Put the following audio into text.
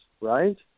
right